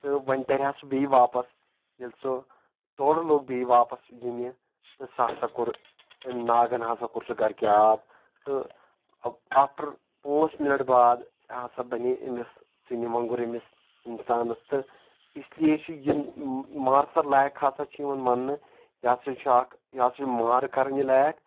تہٕ وۄنۍ ترِہا سُہ بیٚیہِ واپس ییٚلہِ سُہ تورٕ لوٚگ بیٚیہِ واپس یِنہِ تہٕ سُہ ہسا کوٚر أمۍ ناگن ہسا کوٚر سُہ گرکہِ آب تہٕ آفٹر پانٛژھ مِنٹ باد ہسا بنے أمِس ژٕنہِ مونٛگُر أمِس اِنسانس تہٕ اس لیے چھُ یہِ مارسر لیک ہسا چھُ یِوان وننہٕ یہِ ہسا چھُ اکھ یہِ ہسا چھُ مارٕ کران یہِ لیک